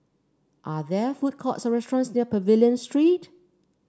are there food courts or restaurants near Pavilion Street